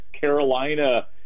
Carolina